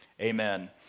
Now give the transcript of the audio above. Amen